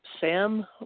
Sam